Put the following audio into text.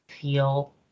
feel